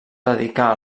dedicar